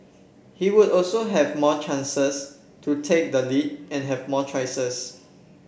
he would also have more chances to take the lead and have more choices